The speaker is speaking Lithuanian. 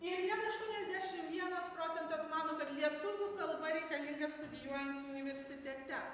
ir net aštuoniasdešim vienas procentas mano kad lietuvių kalba reikalinga studijuojant universitete